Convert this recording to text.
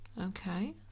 Okay